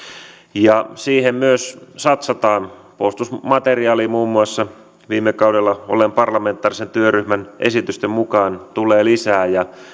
ja siihen myös satsataan puolustusmateriaalia muun muassa viime kaudella olleen parlamentaarisen työryhmän esitysten mukaan tulee lisää